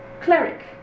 cleric